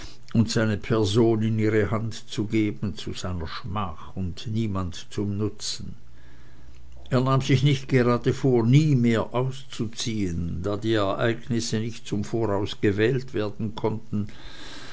und seine person in ihre hand zu geben zu seiner schmach und niemand zum nutzen er nahm sich nicht gerade vor nie mehr auszuziehen da die ereignisse nicht zum voraus gezählt werden können